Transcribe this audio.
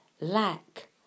lack